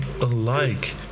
alike